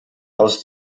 aus